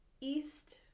East